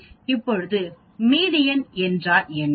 இப்போது மீடியன் என்றால் என்ன